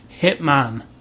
Hitman